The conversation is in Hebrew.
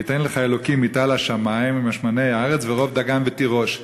"ויתן לך האלוקים מטל השמים ומשמני הארץ ורֹב דגן ותירֹש",